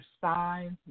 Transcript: signs